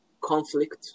conflict